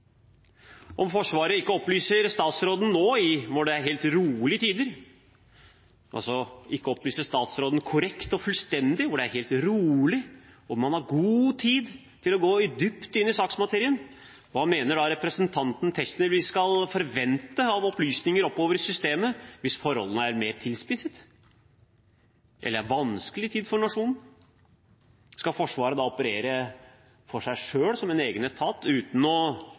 Om Forsvaret ikke opplyser statsråden nå, som det er helt rolige tider – altså ikke opplyser statsråden korrekt og fullstendig når det er helt rolig og man har god tid til å gå dypt inn i saksmaterien – hva mener da representanten Tetzschner at vi skal forvente av opplysninger oppover i systemet hvis forholdene er mer tilspisset, eller det er en vanskelig tid for nasjonen? Skal Forsvaret da operere for seg selv som en egen etat uten å